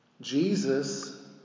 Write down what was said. Jesus